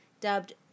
dubbed